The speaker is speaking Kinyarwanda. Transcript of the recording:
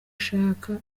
ashaka